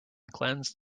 cleanse